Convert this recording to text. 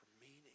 meaning